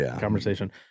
conversation